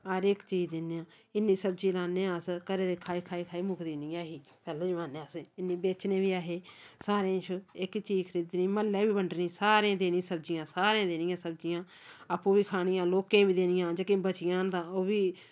हर इक चीज दिन्ने आं इन्नी सब्जी राह्न्ने आं अस घरै दे खाई खाई खाई मुकदी निं ऐ ही पैह्लें जमान्ने असें इन्नी बेचनी बी ऐ हे सारें गी इक चीज खरीदनी म्हल्लै बी बंडनी सारें गी देनी सब्जियां सारें गी देनियां सब्जियां आपूं बी खानियां लोकें गी बी देनियां जेह्की बची जान तां ओह् बी